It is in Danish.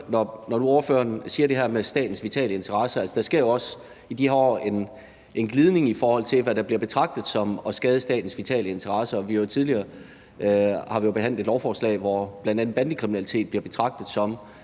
når ordføreren nu siger det her med statens vitale interesser. Altså, der sker jo også en glidning i de her år, i forhold til hvad der bliver betragtet som at skade statens vitale interesser, og vi har jo tidligere behandlet lovforslag, hvor bl.a. bandekriminalitet bliver betragtet som